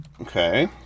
Okay